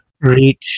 reach